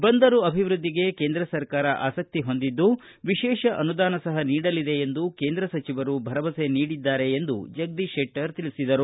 ಬಂದರು ಅಭಿವೃದ್ಧಿಗೆ ಕೇಂದ್ರ ಸರ್ಕಾರ ಆಸಕ್ತಿ ಹೊಂದಿದ್ದು ವಿಶೇಷ ಅನುದಾನ ಸಪ ನೀಡಲಿದೆ ಎಂದು ಕೇಂದ್ರ ಸಚಿವರು ಭರವಸೆ ನೀಡಿದ್ದಾರೆ ಎಂದರು